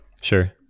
Sure